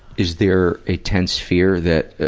is there a tense fear that, ah,